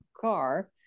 car